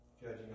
judging